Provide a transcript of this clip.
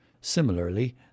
Similarly